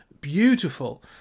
beautiful